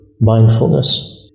mindfulness